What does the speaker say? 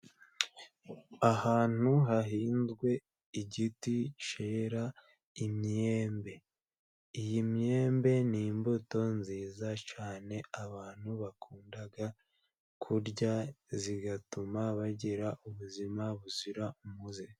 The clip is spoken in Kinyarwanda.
Ahantu hahinzwe igiti cyera imyembe, iyi myembe ni imbuto nziza cyane, abantu bakunda kurya igatuma bagira ubuzima buzira umuze.